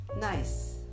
nice